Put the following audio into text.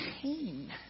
pain